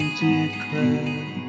declare